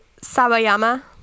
Sawayama